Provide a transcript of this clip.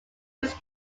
names